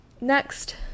Next